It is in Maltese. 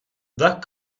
dak